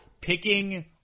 picking –